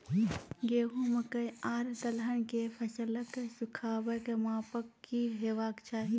गेहूँ, मकई आर दलहन के फसलक सुखाबैक मापक की हेवाक चाही?